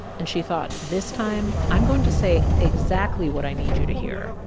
and she thought, this time, i'm going to say exactly what i need you to hear,